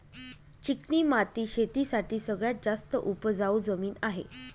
चिकणी माती शेती साठी सगळ्यात जास्त उपजाऊ जमीन आहे